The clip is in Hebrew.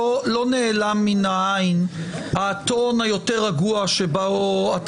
לא נעלם מן העין הטון היותר רגוע שבו אתה